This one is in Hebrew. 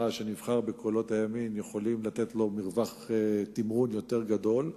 שנבחר בקולות הימין יכולים לתת לו מרווח תמרון יותר גדול.